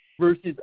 versus